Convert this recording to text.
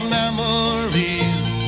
memories